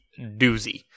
doozy